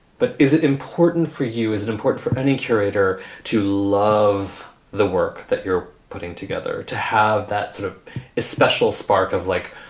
but is it important for you? is it important for any curator to love the work that you're putting together? to have that sort of special spark of like,